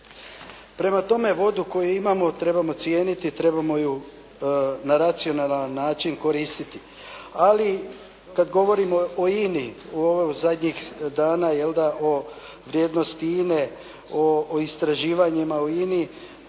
Prema tome vodu koju imamo trebamo cijeniti, trebamo ju na racionalan način koristiti. Ali kad govorimo o INA-i u ovoj zadnjih dana jelda o vrijednosti INA-e, o istraživanjima o INA-i